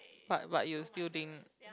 but but you still think